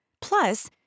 Plus